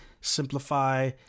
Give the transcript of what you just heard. simplify